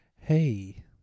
hey